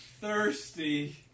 Thirsty